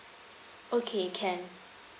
okay can